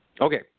okay